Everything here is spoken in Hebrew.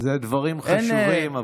אלה דברים חשובים,